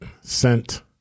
sent